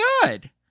good